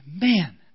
Man